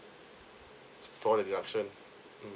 for the deduction mm